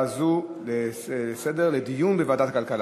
הזאת לסדר-היום לדיון בוועדת הכלכלה.